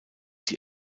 die